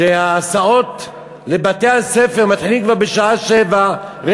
שההסעות לבתי-הספר מתחילות כבר בשעה 07:00,